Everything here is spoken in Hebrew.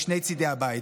משני צידי הבית,